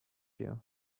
you